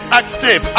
active